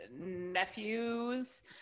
Nephews